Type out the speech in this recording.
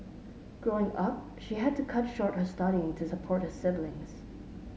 Growing Up she had to cut short her studying to support her siblings